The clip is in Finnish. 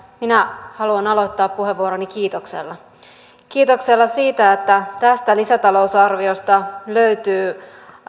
minä haluan aloittaa puheenvuoroni kiitoksella kiitoksella siitä että tästä lisätalousarviosta löytyy